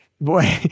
Boy